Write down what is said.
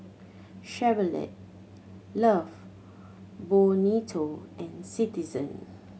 Chevrolet Love Bonito and Citizen